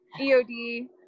EOD